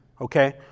okay